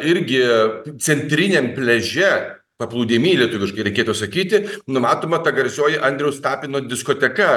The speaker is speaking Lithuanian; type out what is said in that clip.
irgi centriniam pliaže paplūdimy lietuviškai reikėtų sakyti numatoma ta garsioji andriaus tapino diskoteka